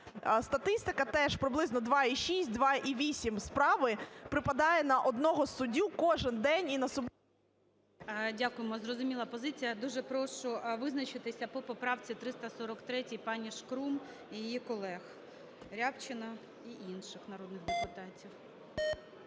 статистика, теж приблизно 2,6-2,8 справи припадає на одного суддю кожен день і на… ГОЛОВУЮЧИЙ. Дякуємо, зрозуміла позиція. Дуже прошу визначитися по поправці 343 паніШкрум і її колег: Рябчина й інших народних депутатів.